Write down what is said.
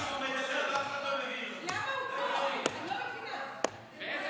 אדוני היושב-ראש, זה לא הגיוני שהוא מדבר